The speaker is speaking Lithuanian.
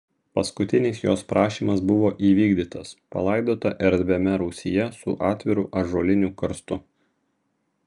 paskutinis jos prašymas buvo įvykdytas palaidota erdviame rūsyje su atviru ąžuoliniu karstu